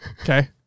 Okay